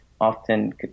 often